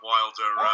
Wilder